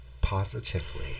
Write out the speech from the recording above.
Positively